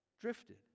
drifted